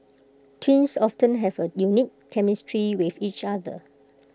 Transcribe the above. twin have A unique chemistry with each other